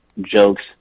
jokes